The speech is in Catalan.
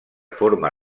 forma